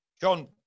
John